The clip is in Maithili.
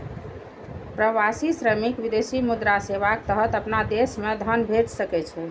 प्रवासी श्रमिक विदेशी मुद्रा सेवाक तहत अपना देश मे धन भेज सकै छै